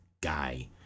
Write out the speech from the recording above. guy